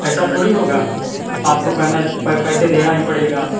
ऐसा थोड़ी होगा आपको पहले पे पैसे देना ही पड़ेगा